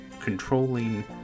controlling